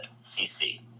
CC